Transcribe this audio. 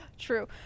True